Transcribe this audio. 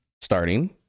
starting